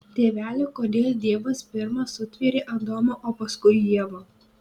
tėveli kodėl dievas pirma sutvėrė adomą o paskui ievą